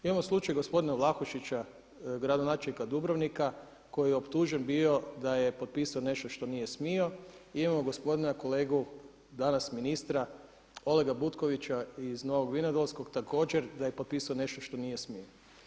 Imamo slučaj gospodina Vlahušića gradonačelnika Dubrovnika koji je optužen bio da je potpisao nešto što nije smio i imamo gospodina kolegu danas ministra Olega Butkovića iz Novog Vinodolskog također da je potpisao nešto što nije smio.